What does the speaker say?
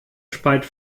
speit